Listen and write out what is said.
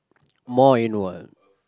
more in what